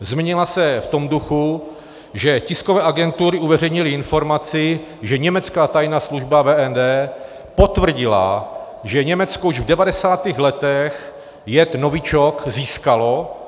Změnila se v tom duchu, že tiskové agentury uveřejnily informaci, že německá tajná služba BND potvrdila, že Německo už v devadesátých letech jed novičok získalo.